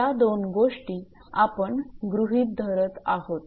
या दोन गोष्टी आपण गृहीत धरत आहोत